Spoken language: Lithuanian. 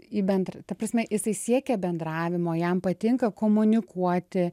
į bendrą ta prasme jisai siekia bendravimo jam patinka komunikuoti